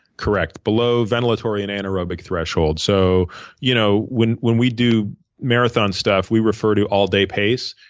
correct. below ventilatory and anaerobic threshold. so you know when when we do marathon stuff, we refer to all day pace,